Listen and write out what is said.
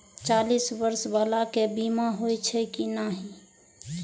चालीस बर्ष बाला के बीमा होई छै कि नहिं?